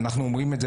ואנחנו אומרים את זה,